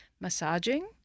massaging